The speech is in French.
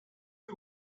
que